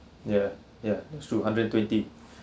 ya ya that's two hundred and twenty